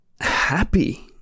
happy